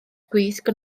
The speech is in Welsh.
gwisg